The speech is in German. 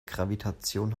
gravitation